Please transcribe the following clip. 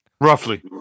roughly